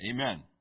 Amen